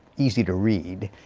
easy to read.